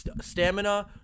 stamina